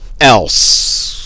else